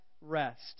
rest